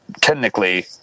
technically